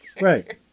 Right